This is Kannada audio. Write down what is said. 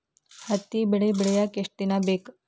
ಹತ್ತಿ ಬೆಳಿ ಬೆಳಿಯಾಕ್ ಎಷ್ಟ ದಿನ ಬೇಕ್?